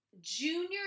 junior